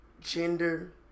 gender